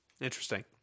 Interesting